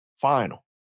final